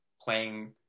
playing